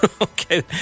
okay